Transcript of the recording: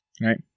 Right